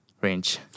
range